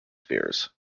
fears